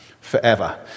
forever